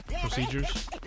procedures